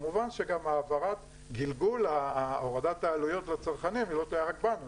כמובן שגם העברת גלגול הורדת העלויות לצרכנים לא תלויה רק בנו,